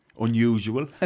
unusual